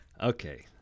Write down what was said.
okay